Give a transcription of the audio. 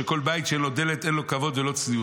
שכל בית שאין לו דלת אין לו כבוד ולא צניעות,